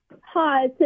Hi